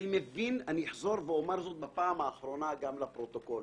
אני אחזור ואומר זאת בפעם האחרונה גם לפרוטוקול.